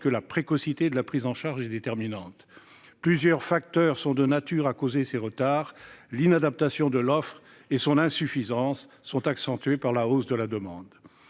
que la précocité de la prise en charge est déterminante. Plusieurs facteurs sont de nature à causer ces retards : l'inadaptation de l'offre et son insuffisance sont accentuées par la hausse de la demande.